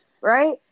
Right